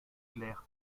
clair